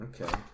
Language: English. Okay